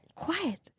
quiet